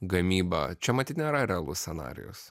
gamyba čia matyt nėra realus scenarijus